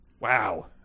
Wow